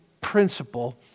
principle